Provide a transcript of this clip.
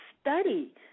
study